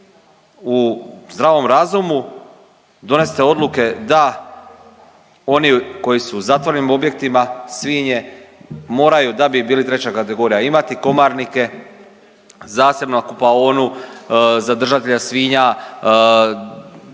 u zdravom razumu donesete odluke da oni koji su u zatvorenim objektima svinje, moraju da bi bili 3. kategorija imati komarnike, zasebno kupaonu, za držatelja svinje